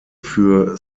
für